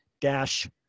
dash